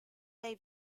they